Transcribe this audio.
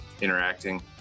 interacting